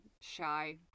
shy